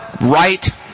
right